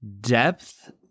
depth